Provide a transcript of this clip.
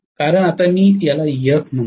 कारण आता मी याला Ef म्हणतो